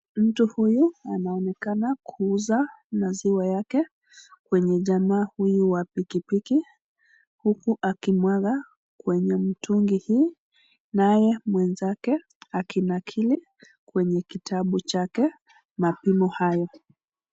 Mtu huyu anaonekana kuuza maziwa yake kwa jamaa huyu wa pikipiki, huku akimwaga kwenye mtungi hii, naye mwenzake akinakili kwenye kitabu chake mapimo hayo.